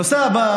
הנושא הבא